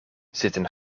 zitten